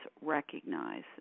recognize